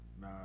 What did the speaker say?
Nah